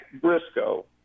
Briscoe